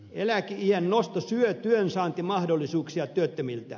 eläkeiän nosto syö työnsaantimahdollisuuksia työttömiltä